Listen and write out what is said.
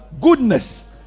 goodness